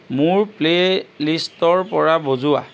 মোৰ প্লে'লিষ্টৰ পৰা বজোৱা